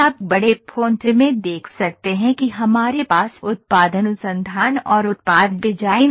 आप बड़े फोंट में देख सकते हैं कि हमारे पास उत्पाद अनुसंधान और उत्पाद डिजाइन है